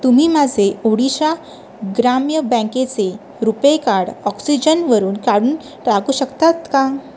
तुम्ही माझे ओडिशा ग्राम्य बँकेचे रुपे कार्ड ऑक्सिजनवरून काढून टाकू शकतात का